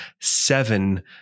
seven